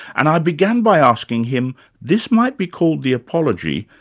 and i began by asking him this might be called the apology,